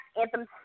Anthem